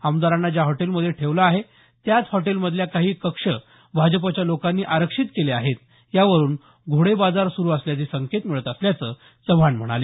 आमदारांना ज्या हॉटेलमध्ये ठेवले आहे त्याच हॉटेलमधल्या काही कक्ष भाजपच्या लोकांनी आरक्षित केले आहेत यावरून घोडेबाजार सुरू झाल्याचे संकेत मिळत असल्याचं ते म्हणाले